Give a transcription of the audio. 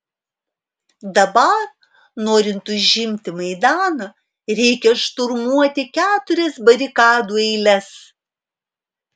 dabar norint užimti maidaną reikia šturmuoti keturias barikadų eiles